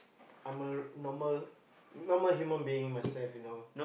I'm a normal normal human being myself you know